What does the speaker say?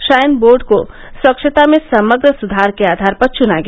shrine board को स्वच्छता में समग्र सुधार के आधार पर चुना गया